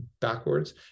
backwards